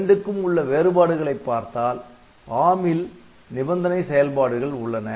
இரண்டுக்கும் உள்ள வேறுபாடுகளை பார்த்தால் ARM ல் நிபந்தனை செயல்பாடுகள் உள்ளன